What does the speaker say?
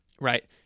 right